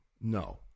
No